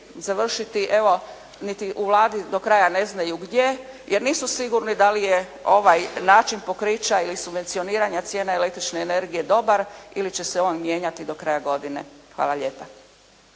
završiti evo niti, u Vladi do kraja ne znaju gdje jer nisu sigurni da li je ovaj način pokrića ili subvencioniranja cijena električne energije dobar ili će se on mijenjati do kraja godine. Hvala lijepa.